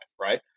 right